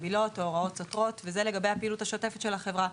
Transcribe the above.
מקבילות או הוראות סותרות לגבי הפעילות השוטפת של החברה.